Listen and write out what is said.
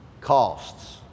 costs